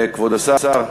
כבוד השר,